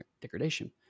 degradation